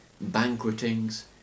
banquetings